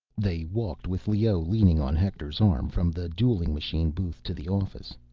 they walked, with leoh leaning on hector's arm, from the dueling machine booth to the office.